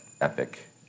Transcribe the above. epic